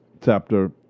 chapter